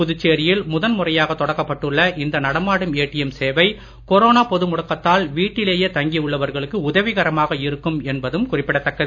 புதுச்சேரியில் முதன் முறையாக தொடக்கப்பட்டுள்ள இந்த நடமாடும் ஏடிஎம் சேவை கொரோனா பொது முடக்கத்தால் வீட்டிலேயே தங்கி உள்ளவர்களுக்கு உதவிகரமாக இருக்கும் என்பதும் குறிப்பிடத் தக்கது